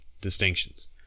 distinctions